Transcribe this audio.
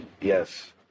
yes